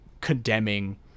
condemning